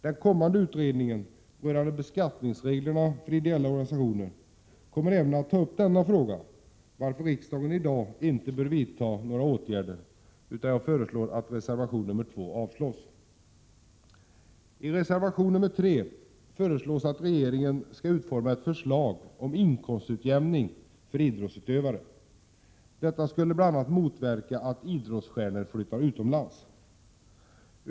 Den kommande utredningen rörande beskattningsreglerna för ideella organisationer kommer att ta upp även denna fråga, varför riksdagen i dag inte bör vidta några åtgärder, utan jag föreslår att reservation 2 avslås. I reservation 3 föreslås att regeringen skall utforma ett förslag om inkomstutjämning för idrottsutövare. Detta skulle bl.a. motverka att idrottsstjärnor flyttar utomlands.